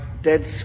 Dead